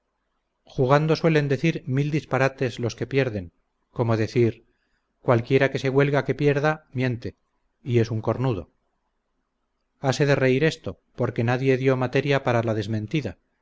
jugando suelen decir mil disparates los que pierden como decir cualquiera que se huelga que pierda miente y es un cornudo hase de reír de esto porque nadie dió materia para la desmentida